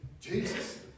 Jesus